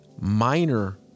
minor